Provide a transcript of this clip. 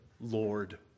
Lord